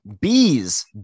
bees